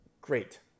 Great